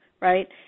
right